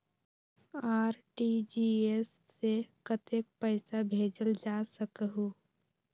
RTGS से कतेक पैसा भेजल जा सकहु???